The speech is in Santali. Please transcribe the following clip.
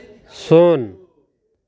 ᱥᱩᱱ